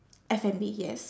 F&B yes